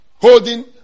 holding